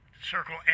circle